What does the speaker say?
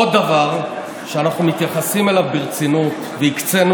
עוד דבר שאנחנו מתייחסים אליו ברצינות והקצינו